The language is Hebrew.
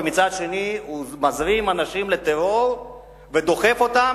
ומצד שני הוא מזרים אנשים לטרור ודוחף אותם,